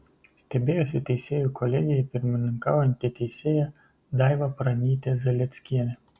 stebėjosi teisėjų kolegijai pirmininkaujanti teisėja daiva pranytė zalieckienė